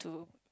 to